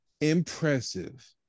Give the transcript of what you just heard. impressive